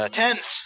tens